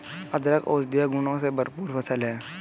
अदरक औषधीय गुणों से भरपूर फसल है